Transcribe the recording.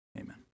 Amen